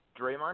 Draymond